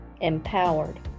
empowered